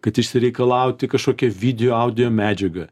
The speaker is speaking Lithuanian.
kad išsireikalauti kažkokią video audio medžiagą